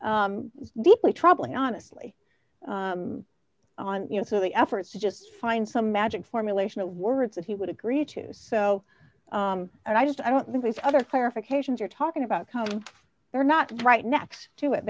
read deeply troubling honestly on you know through the efforts to just find some magic formulation of words that he would agree to so i just i don't think we see other clarifications you're talking about come they're not right next to it